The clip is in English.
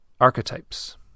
archetypes